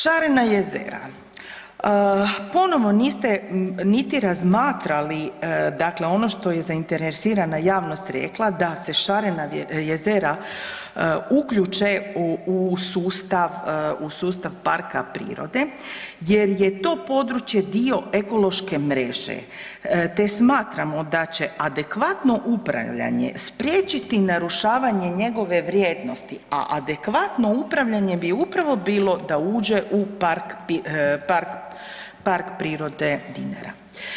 Šarena jezera, ponovo niste niti razmatrali ono što je zainteresirana javnost rekla da se Šarena jezera uključe u sustav parka prirode jer je to područje dio ekološke mreže te smatramo da će adekvatno upravljanje spriječiti narušavanje njegove vrijednosti, a adekvatno upravljanje bi upravo bilo da uđe u Park prirode Dinara.